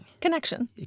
connection